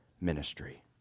ministry